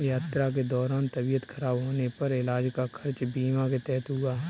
यात्रा के दौरान तबियत खराब होने पर इलाज का खर्च बीमा के तहत हुआ